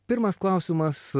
pirmas klausimas